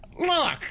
Look